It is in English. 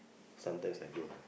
sometimes I don't ah